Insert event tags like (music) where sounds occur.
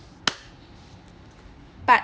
(noise) part